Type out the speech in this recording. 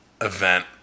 event